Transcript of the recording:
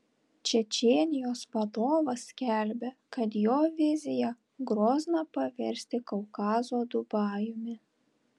čečėnijos vadovas skelbia kad jo vizija grozną paversti kaukazo dubajumi